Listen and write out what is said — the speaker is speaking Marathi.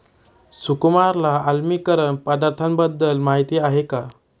सुकुमारला आम्लीकरण पदार्थांबद्दल माहिती आहे का?